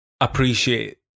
appreciate